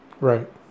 Right